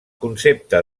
concepte